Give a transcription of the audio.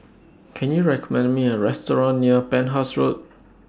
Can YOU recommend Me A Restaurant near Penhas Road